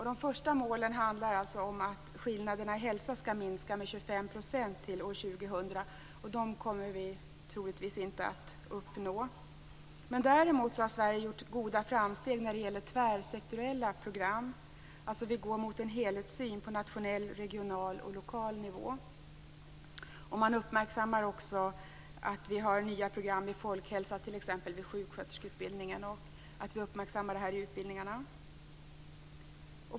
De första målen handlar alltså om att skillnaderna i hälsa skall minska med 25 % till år 2000. De kommer vi troligtvis inte att uppnå. Däremot har Sverige gjort stora framsteg när det gäller tvärsektoriella program. Vi går mot en helhetssyn på nationell, regional och lokal nivå. Man uppmärksammar också att vi har nya program i folkhälsa t.ex. vid sjuksköterskeutbildningen. Folkhälsan uppmärksammas i utbildningarna.